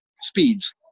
speeds